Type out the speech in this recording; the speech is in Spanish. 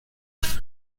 los